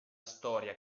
storia